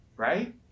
right